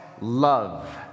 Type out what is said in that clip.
love